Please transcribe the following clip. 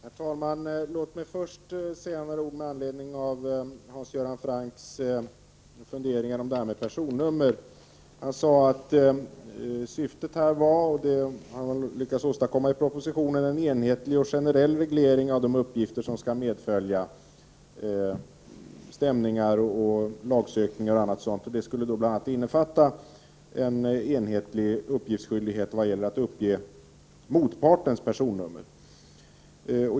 Herr talman! Låt mig först säga några ord med anledning av Hans Göran Francks funderingar om detta med personnummer. Han sade att syftet här var — och det hade man lyckats åstadkomma i propositionen — en enhetlig och generell reglering av de uppgifter som skall medfölja stämningar, lagsökningaro. d. Det skulle då bl.a. innefatta en enhetlig uppgiftsskyldighet vad gäller att uppge motpartens personnummer.